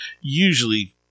usually